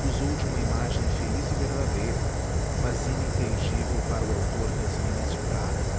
usou de uma imagem feliz e verdadeira mas ininteligível para o autor das minas de prata